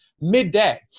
midday